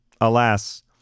alas